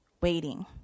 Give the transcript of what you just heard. Waiting